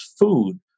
food